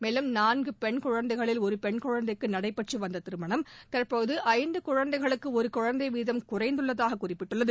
மேலும் நான்கு பெண் குழந்தைகளில் ஒரு பெண் குழந்தைக்கு நடைபெற்றுவந்த திருணம் தற்போது ஐந்து குழந்தைகளுக்கு ஒரு குழந்தை வீதம் குறைந்துள்ளதாக குறிப்பிட்டுள்ளது